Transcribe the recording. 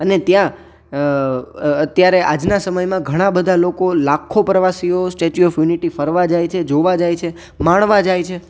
અને ત્યાં અત્યારે આજના સમયમાં ઘણા બધા લોકો લાખો પ્રવાસીઓ સ્ટેચ્યુ ઓફ યુનિટી ફરવા જાય છે જોવા જાય છે માણવા જાય છે